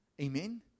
Amen